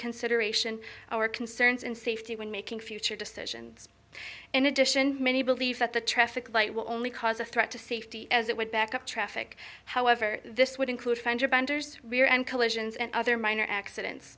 consideration our concerns and safety when making future decisions in addition many believe that the traffic light will only cause a threat to safety as it would back up traffic however this would include fender benders rear end collisions and other minor accidents